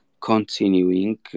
continuing